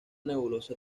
nebulosa